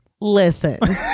Listen